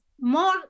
more